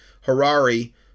Harari